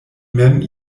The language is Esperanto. mem